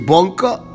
Bunker